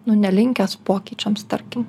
nu nelinkęs pokyčiams tarkim